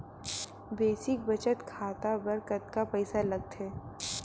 Basic बचत खाता बर कतका पईसा लगथे?